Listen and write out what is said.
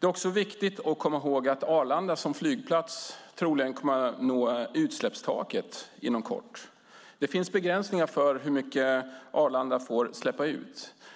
Det är också viktigt att komma ihåg att Arlanda flygplats troligen kommer att nå utsläppstaket inom kort. Det finns begränsningar för hur mycket Arlanda får släppa ut.